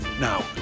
Now